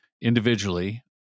individually